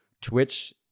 Twitch